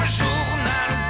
journal